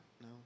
No